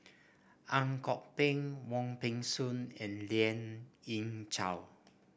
Ang Kok Peng Wong Peng Soon and Lien Ying Chow